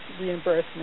reimbursement